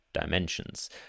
dimensions